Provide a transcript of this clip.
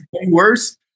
worse